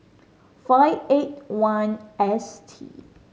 five eight one S T